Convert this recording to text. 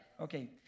Okay